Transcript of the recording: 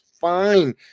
fine